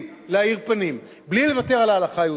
להאיר פנים בלי לוותר על ההלכה היהודית.